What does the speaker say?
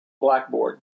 blackboard